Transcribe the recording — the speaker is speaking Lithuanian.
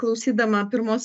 klausydama pirmos